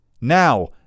Now